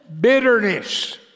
bitterness